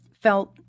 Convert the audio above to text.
felt